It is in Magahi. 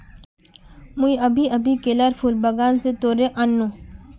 मुई अभी अभी केलार फूल बागान स तोड़े आन नु